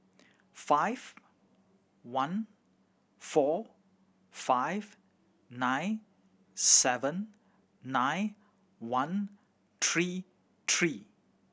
five one four five nine seven nine one three three